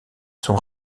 sont